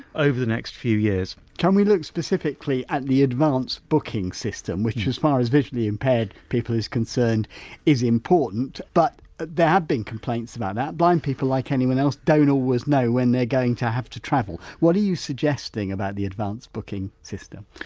over the next few years. can we look specifically at the advance booking system which as far as visually impaired people is concerned is important but there have been complaints about that, blind people, like anyone else, don't always know when they're going to have to travel. what are you suggesting about the advanced booking system?